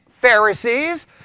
Pharisees